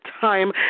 time